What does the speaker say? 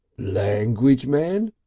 language, man!